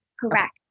correct